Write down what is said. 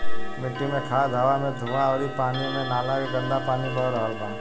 मिट्टी मे खाद, हवा मे धुवां अउरी पानी मे नाला के गन्दा पानी बह रहल बा